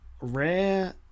Rare